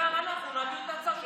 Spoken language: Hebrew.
שגם אנחנו נעביר את ההצעה,